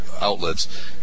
outlets